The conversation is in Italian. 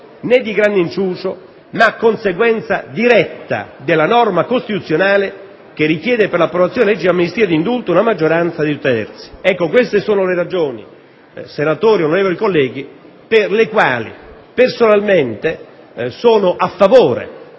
né di grande inciucio, ma conseguenza diretta della norma costituzionale che richiede per l'approvazione delle leggi di amnistia e di indulto una maggioranza di due terzi. Queste sono le ragioni, onorevoli colleghi, per le quali personalmente sono a favore